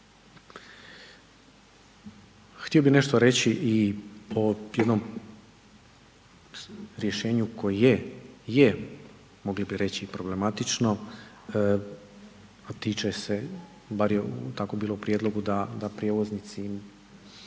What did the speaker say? Htio bih nešto reći i o jednom rješenju koje je mogli bi reći problematično, a tiče se bar je tako bilo u prijedlogu da prijevoznici